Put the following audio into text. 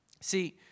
See